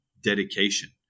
dedication